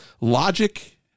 logic